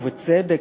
ובצדק,